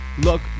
Look